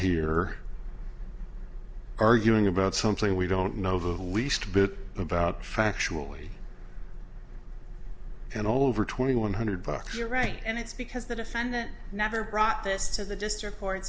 here arguing about something we don't know the least bit about factually and over twenty one hundred but you're right and it's because the defendant never brought this to the district